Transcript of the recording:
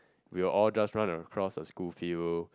we will all just run across the school field